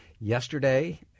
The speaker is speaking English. Yesterday